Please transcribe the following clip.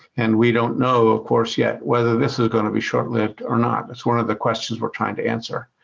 and we don't know, of course, yet whether this is gonna be short lived or not. that's one of the questions we're trying to answer.